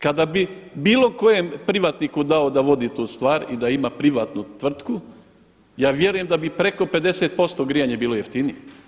Kada bi bilo kojem privatniku dao da vodi tu stvar i da ima privatnu tvrtku, ja vjerujem da bi preko 50% grijanje bilo jeftinije.